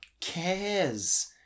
cares